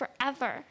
forever